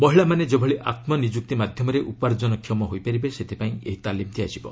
ମହିଳାମାନେ ଯେଭଳି ଆତ୍ମନିଯୁକ୍ତି ମାଧ୍ୟମରେ ଉପାର୍ଜନକ୍ଷମ ହୋଇପାରିବେ ସେଥିପାଇଁ ଏହି ତାଲିମ ଦିଆଯିବ